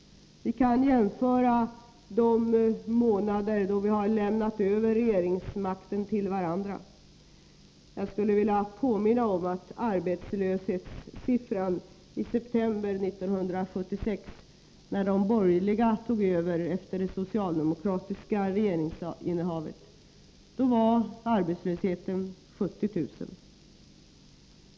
Vi kan jämföra de månader då vi har lämnat över regeringsmakten till varandra. Jag skulle vilja påminna om att arbetslöshetssiffran i september 1976, när de borgerliga tog över efter det socialdemokratiska regeringsinnehavet, var 70 000.